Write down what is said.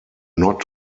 not